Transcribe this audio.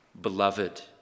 beloved